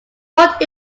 what